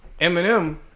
Eminem